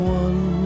one